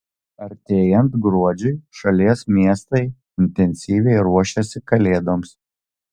artėjant gruodžiui šalies miestai intensyviai ruošiasi kalėdoms